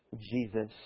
Jesus